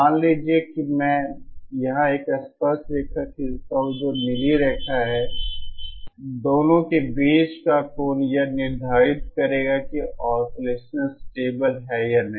मान लीजिए कि मैं यहाँ एक स्पर्शरेखा खींचता हूँ जो नीली रेखा है दोनों के बीच का कोण यह निर्धारित करेगा कि ऑसिलेसन स्टेबल है या नहीं